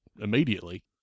immediately